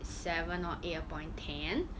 seven or eight upon ten